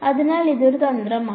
അതിനാൽ അത് ഒരു തന്ത്രമാണ്